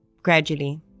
Gradually